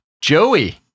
Joey